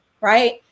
right